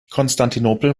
konstantinopel